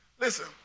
Listen